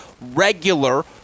regular